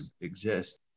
exist